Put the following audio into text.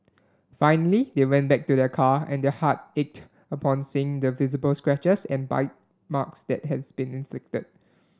finally they went back to their car and their heart ached upon seeing the visible scratches and bite marks that has been inflicted